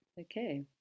Okay